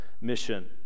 mission